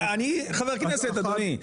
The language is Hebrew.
אני חבר כנסת אדוני,